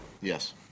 Yes